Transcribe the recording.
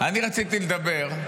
אני רציתי לדבר,